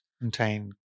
contain